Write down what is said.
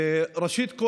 ראשית,